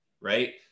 right